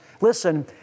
listen